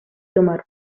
tomar